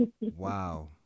Wow